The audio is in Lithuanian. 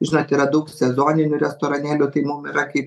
žinot yra daug sezoninių restoranėlių tai mum yra kaip